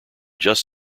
just